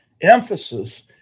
emphasis